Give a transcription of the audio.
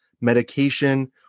medication